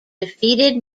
defeated